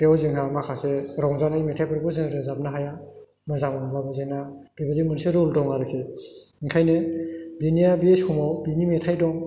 बेव जोंहा माखासे रंजानाय मेथाइफोरखौ जों रोजाबनो हाया मोजां मोनब्लाबो जोंना बेबायदि मोनसे रुल दङ आरोखि ओंखायनो बिनिया बे समाव बिनि मेथाइ दं